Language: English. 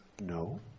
No